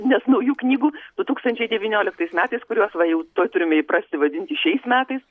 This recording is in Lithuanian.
nes naujų knygų du tūkstančiai devynioliktais metais kuriuos va jau tuoj turime įprasti vadinti šiais metais